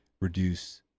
reduce